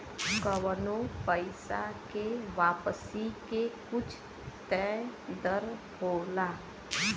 कउनो पइसा के वापसी के कुछ तय दर होला